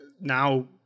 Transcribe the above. Now